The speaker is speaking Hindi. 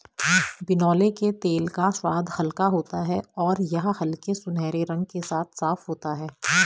बिनौले के तेल का स्वाद हल्का होता है और यह हल्के सुनहरे रंग के साथ साफ होता है